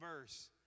verse